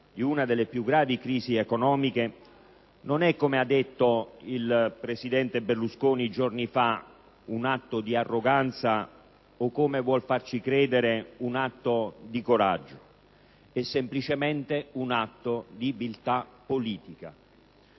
da una delle più gravi crisi economiche non è ‑ come ha detto il presidente Berlusconi giorni fa ‑ un atto di arroganza o, come vuole farci credere, un atto di coraggio. È semplicemente un atto di viltà politica.